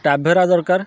Tavera ଦରକାର